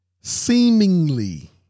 seemingly